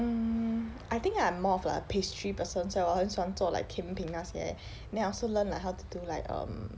hmm I think that I'm more of like a pastry person like 我很喜欢做 like 甜品那些 then I also learn like how to do like um